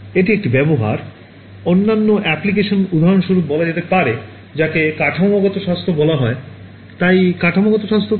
এটি একটি ব্যাবহার অন্যান্য অ্যাপ্লিকেশন উদাহরণস্বরূপ বলা যেতে পারে যাকে কাঠামোগত স্বাস্থ্য বলা হয় তাই কাঠামোগত স্বাস্থ্য কি